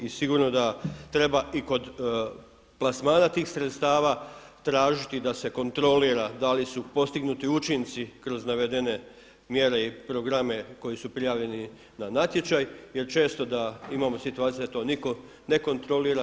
I sigurno da treba i kod plasmana tih sredstava tražiti da se kontrolira da li su postignuti učinci kroz navedene mjere i programe koji su prijavljeni na natječaj jer često da imamo situaciju da to niko ne kontrolira.